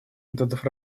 методов